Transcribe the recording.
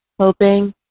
hoping